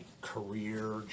career